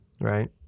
right